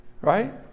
right